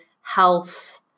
health